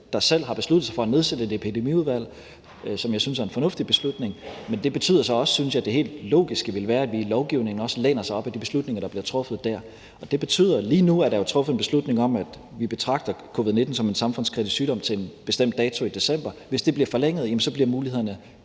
der selv har besluttet sig for at nedsætte et Epidemiudvalg, hvilket jeg synes er en fornuftig beslutning. Men det betyder så også, synes jeg, at det helt logiske vil være, at vi i lovgivningen også læner os op ad de beslutninger, der bliver truffet der. Lige nu er der jo blevet truffet en beslutning om, at vi betragter covid-19 som en samfundskritisk sygdom indtil en bestemt dato i december. Hvis det bliver forlænget, bliver mulighederne